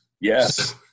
Yes